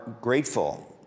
grateful